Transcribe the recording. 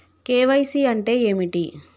KYC అంటే ఏమిటి?